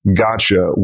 gotcha